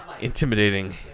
intimidating